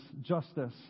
justice